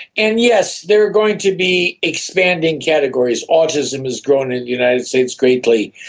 and yes, there are going to be expanding categories. autism has grown in the united states greatly,